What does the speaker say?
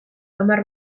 hamar